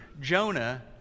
Jonah